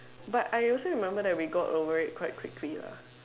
but I also remember that we got over quite quickly lah